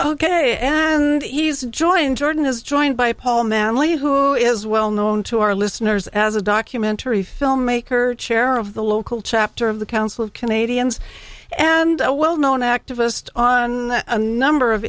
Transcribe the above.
ok and he's joined jordan is joined by paul manley who is well known to our listeners as a documentary filmmaker chair of the local chapter of the council of canadians and a well known activist on a number of